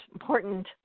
important